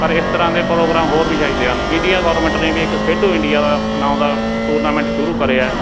ਪਰ ਇਸ ਤਰ੍ਹਾਂ ਦੇ ਪ੍ਰੋਗਰਾਮ ਹੋਰ ਵੀ ਚਾਹੀਦੇ ਹਨ ਇੰਡੀਆ ਗੌਰਮੈਂਟ ਨੇ ਵੀ ਇੱਕ ਖੇਡੋ ਇੰਡੀਆ ਦਾ ਨਾਉਂ ਦਾ ਟੂਰਨਾਮੈਂਟ ਸ਼ੁਰੂ ਕਰਿਆ